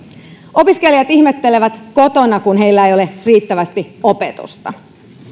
opiskelijat ihmettelevät kotona kun heillä ei ole riittävästi opetusta